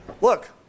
look